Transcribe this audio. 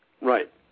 Right